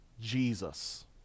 Jesus